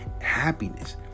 happiness